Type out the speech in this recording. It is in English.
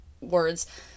words